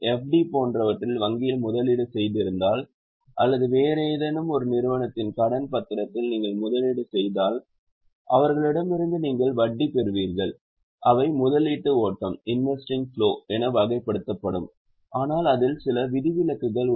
D போன்றவற்றில் வங்கியில் முதலீடு செய்திருந்தால் அல்லது வேறு ஏதேனும் ஒரு நிறுவனத்தின் கடன் பத்திரத்தில் நீங்கள் முதலீடு செய்தால் அவர்களிடமிருந்து நீங்கள் வட்டி பெறுவீர்கள் அவை முதலீட்டு ஓட்டம் என வகைப்படுத்தப்படும் ஆனால் அதில் சில விதிவிலக்குகள் உள்ளன